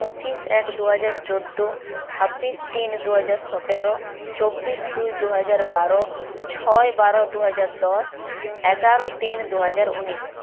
পঁচিশ এক দুহাজার চোদ্দো ছাব্বিশ তিন দুহাজার সতেরো চব্বিশ দুই দুহাজার বারো ছয় বারো দুহাজার দশ এগারো তিন দুহাজার উনিশ